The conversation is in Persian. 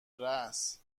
رآس